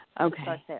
Okay